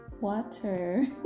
Water